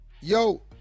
yo